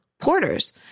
porters